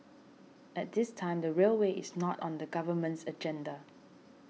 at this time the railway is not on the government's agenda